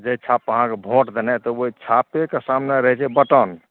जाहि छाप अहाँके वोट देनाइ तऽ ओहि छापेके सामने रहै छै बटन